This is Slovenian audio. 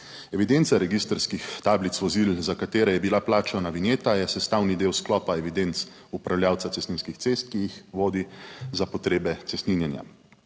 Evidenca registrskih tablic vozil, za katere je bila plačana vinjeta, je sestavni del sklopa evidenc upravljavca cestninskih cest, ki jih vodi za potrebe cestninjenja.